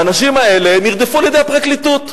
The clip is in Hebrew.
האנשים האלה נרדפו על-ידי הפרקליטות.